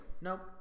Nope